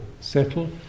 settle